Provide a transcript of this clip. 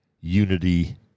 unity